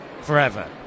forever